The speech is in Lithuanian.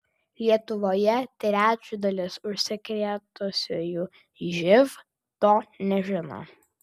lietuvoje trečdalis užsikrėtusiųjų živ to nežino